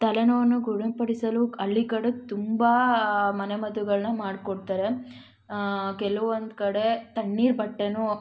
ತಲೆನೋವನ್ನು ಗುಣಪಡಿಸಲು ಹಳ್ಳಿ ಕಡೆ ತುಂಬ ಮನೆಮದ್ದುಗಳನ್ನ ಮಾಡಿಕೊಡ್ತಾರೆ ಕೆಲವೊಂದು ಕಡೆ ತಣ್ಣೀರು ಬಟ್ಟೇನೂ